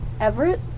Everett